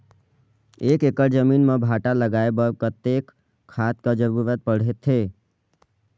एक एकड़ जमीन म भांटा लगाय बर कतेक खाद कर जरूरत पड़थे?